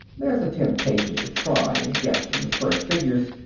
there's a temptation to try and guess from the first figures,